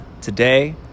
today